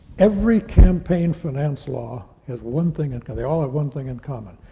every campaign finance law has one thing, and they all have one thing in common.